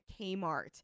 kmart